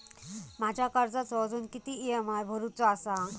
माझ्या कर्जाचो अजून किती ई.एम.आय भरूचो असा?